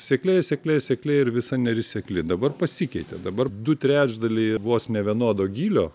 sekliai sekliai sekliai ir visa neris sekli dabar pasikeitė dabar du trečdaliai vos ne vienodo gylio